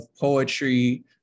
poetry